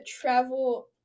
travel